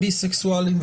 ביסקסואלים,